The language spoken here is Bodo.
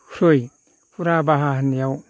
ख्रुइ फुराबाहा होननायाव